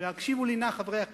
הקשיבו לי נא, חברי הכנסת,